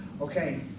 okay